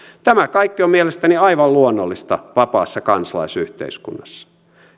tämä kaikki on mielestäni aivan luonnollista vapaassa kansalaisyhteiskunnassa